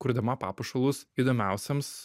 kurdama papuošalus įdomiausiems